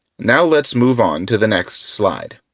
now let's move on to the next slide.